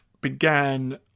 began